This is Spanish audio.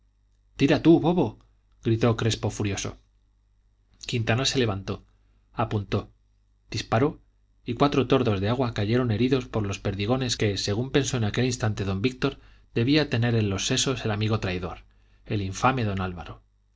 tira tú bobo gritó crespo furioso quintanar se levantó apuntó disparó y cuatro tordos de agua cayeron heridos por los perdigones que según pensó en aquel instante don víctor debía tener en los sesos el amigo traidor el infame don álvaro